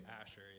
Asher